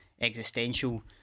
existential